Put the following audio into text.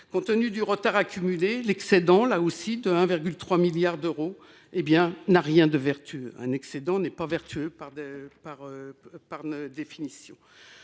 Compte tenu du retard accumulé, l’excédent – là encore – de 1,3 milliard d’euros n’a rien de vertueux : un excédent n’est pas par définition